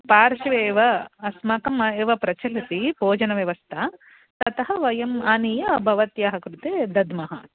पार्श्वे एव अस्माकम् एव प्रचलति भोजनव्यवस्था ततः वयम् आनीय भवत्याः कृते दद्मः